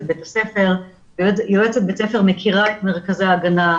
בית הספר ויועצת בית הספר מכירה את מרכזי ההגנה.